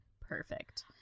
Perfect